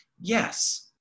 Yes